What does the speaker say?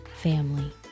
family